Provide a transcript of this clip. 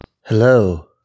Hello